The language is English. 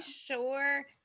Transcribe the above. sure